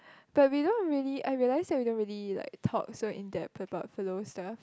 but we know really I realise that we don't really like talk so in depth about like philo stuff